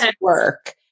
work